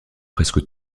presque